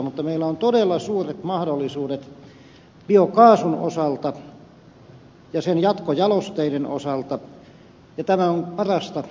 mutta meillä on todella suuret mahdollisuudet biokaasun osalta ja sen jatkojalosteiden osalta ja tämä on parasta ympäristötekoa